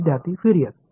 विद्यार्थीः फूरियर